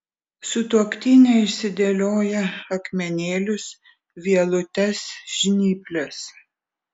sutuoktinė išsidėlioja akmenėlius vielutes žnyples